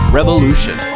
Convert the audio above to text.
Revolution